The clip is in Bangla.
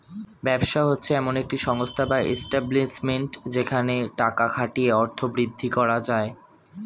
ব্যবসা হচ্ছে এমন একটি সংস্থা বা এস্টাব্লিশমেন্ট যেখানে টাকা খাটিয়ে অর্থ বৃদ্ধি করা যায়